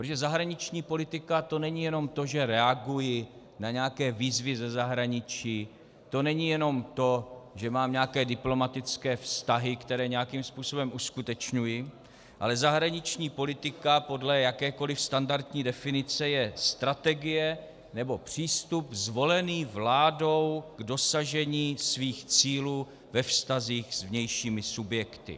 Protože zahraniční politika, to není jen to, že reaguji na nějaké výzvy ze zahraničí, to není jenom to, že mám nějaké diplomatické vztahy, které nějakým způsobem uskutečňuji, ale zahraniční politika podle jakékoliv standardní definice je strategie nebo přístup zvolený vládou k dosažení svých cílů ve vztazích s vnějšími subjekty.